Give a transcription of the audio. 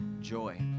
joy